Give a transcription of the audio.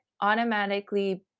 automatically